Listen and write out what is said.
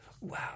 Wow